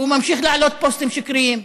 והוא ממשיך להעלות פוסטים שקריים.